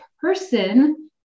person